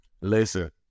Listen